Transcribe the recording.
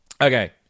Okay